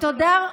תודה.